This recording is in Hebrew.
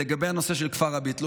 לנושא של כפר אבו תלול,